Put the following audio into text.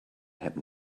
happen